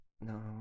No